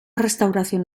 restauración